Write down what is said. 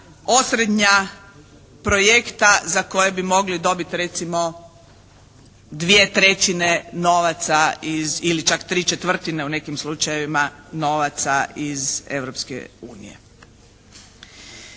osrednja projekta za koje bi mogli dobiti recimo 2/3 novaca iz, ili čak ¾ u nekim slučajevima novaca iz